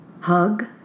Hug